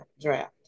draft